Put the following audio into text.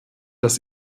dass